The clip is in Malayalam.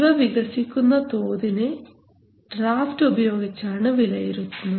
ഇവ വികസിക്കുന്ന തോതിനെ ഡ്രിഫ്റ്റ് ഉപയോഗിച്ചാണ് വിലയിരുത്തുന്നത്